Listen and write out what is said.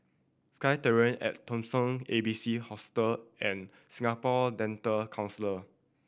SkyTerrace at Dawson A B C Hostel and Singapore Dental